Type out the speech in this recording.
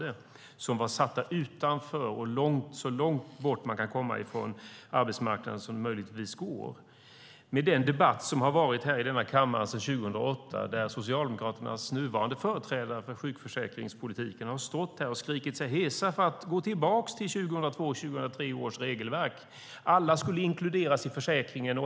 De befann sig utanför och så långt bort från arbetsmarknaden som det möjligtvis går. Socialdemokraternas företrädare i sjukförsäkringspolitiken har sedan 2008 stått här och skrikit sig hesa för att gå tillbaka till 2002/03 års regelverk. Alla skulle inkluderas i försäkringen.